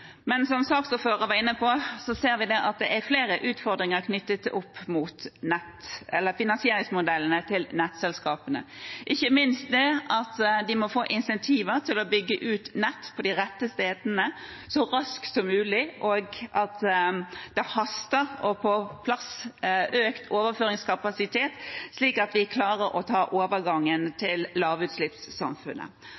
Men som saksordføreren var inne på, ser vi at det er flere utfordringer knyttet til finansieringsmodellene til nettselskapene, ikke minst det at de må få insentiver til å bygge ut nett på de rette stedene så raskt som mulig, og at det haster å få på plass økt overføringskapasitet, slik at vi klarer